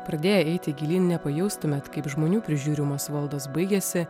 pradėję eiti gilyn nepajustumėt kaip žmonių prižiūrimas valdos baigiasi